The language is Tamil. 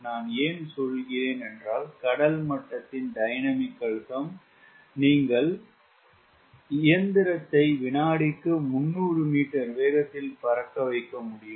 நான் ஏன் சொல்கிறேன் என்றால் கடல் மட்டத்தில் டைனமிக் அழுத்தம் நீங்கள் இயந்திரத்தை வினாடிக்கு 300 மீட்டர் வேகத்தில் பறக்க வைக்க முடியும்